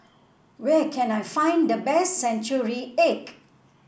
where can I find the best Century Egg